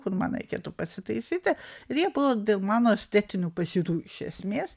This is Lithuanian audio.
kur man reikėtų pasitaisyti ir jie buvo dėl mano estetinių pažiūrų iš esmės